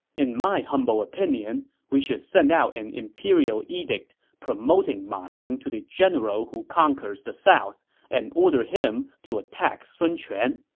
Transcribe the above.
in my humble opinion, we should send out an imperial edict promoting ma teng to the general who conquers the south and order him to attack sun quan,